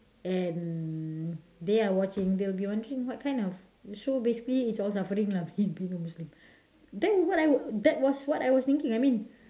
and they are watching they'll be wondering what kind of show basically it's all suffering lah being being a muslim then what I was that was what I was thinking I mean